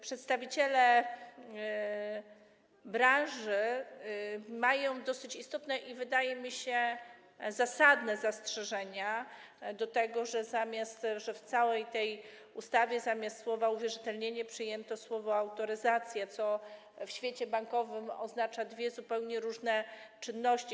Przedstawiciele branży mają dosyć istotne i, wydaje mi się, zasadne zastrzeżenia co do tego, że w całej tej ustawie zamiast słowa „uwierzytelnienie” przyjęto słowo „autoryzacja”, co w świecie bankowym oznacza dwie zupełnie różne czynności.